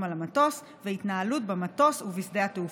על המטוס והתנהלות במטוס ובשדה התעופה.